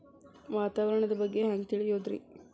ವಾತಾವರಣದ ಬಗ್ಗೆ ಹ್ಯಾಂಗ್ ತಿಳಿಯೋದ್ರಿ?